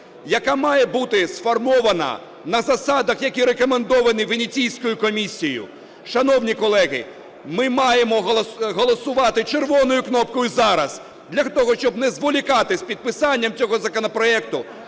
яка має бути сформована на засадах, які рекомендовані Венеційською комісією. Шановні колеги, ми маємо голосувати червоною кнопкою зараз для того, щоб не зволікати з підписанням цього законопроекту